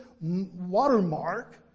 watermark